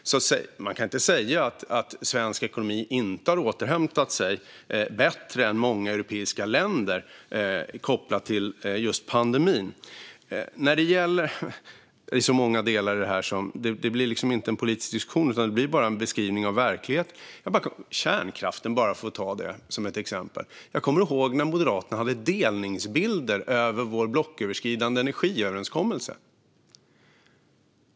Man kan inte säga att svensk ekonomi inte har återhämtat sig bättre än många andra europeiska länder kopplat till pandemin. Det finns många delar i det här, och det blir snarare en beskrivning av verkligheten än en politisk diskussion. Jag kan ta kärnkraften som exempel. Jag kommer ihåg när Moderaterna hade delningsbilder över vår blocköverskridande energiöverenskommelse.